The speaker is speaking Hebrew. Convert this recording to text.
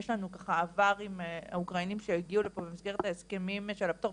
ויש לנו עבר עם אוקראינים שהגיעו לפה במסגרת ההסכמים של הפטור,